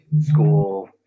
school